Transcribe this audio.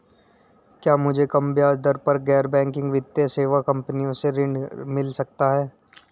क्या मुझे कम ब्याज दर पर गैर बैंकिंग वित्तीय सेवा कंपनी से गृह ऋण मिल सकता है?